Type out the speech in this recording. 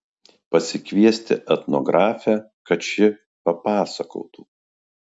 pasikviesti etnografę kad ši papasakotų